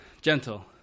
Gentle